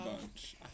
bunch